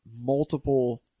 multiple